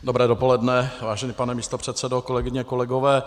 Dobré dopoledne, vážený pane místopředsedo, kolegyně, kolegové.